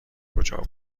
کجا